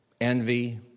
envy